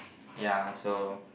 ya so